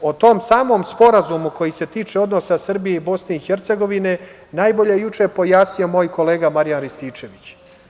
O tom samom Sporazumu koji se tiče odnosa Srbije i BiH najbolje je juče pojasnio moj kolega Marijan Rističević.